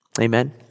Amen